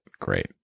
great